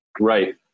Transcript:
Right